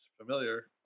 Familiar